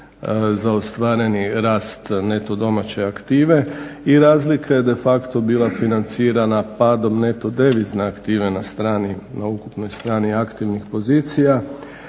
za ostvareni rast neto domaće aktive i razlika je de facto bila financirana padom neto devizne aktive na ukupnoj strani aktivnih pozicija